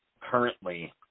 currently